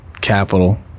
capital